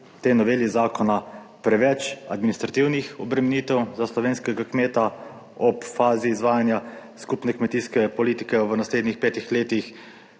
tej noveli zakona preveč administrativnih obremenitev za slovenskega kmeta ob fazi izvajanja skupne kmetijske politike v naslednjih petih leti.